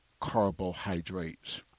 carbohydrates